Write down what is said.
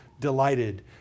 delighted